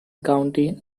county